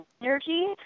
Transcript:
energy